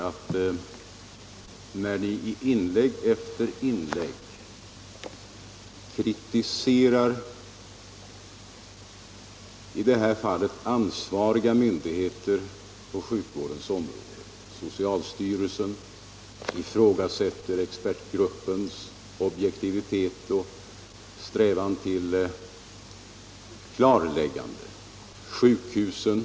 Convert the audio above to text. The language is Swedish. I inlägg efter inlägg kritiserar ni ansvariga myndigheter på sjukvårdens område, inte minst socialstyrelsen, ni ifrågasätter expertgruppens objektivitet och strävan till klarläggande, och ni kritiserar sjukhusen!